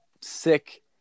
sick